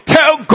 Tell